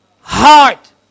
heart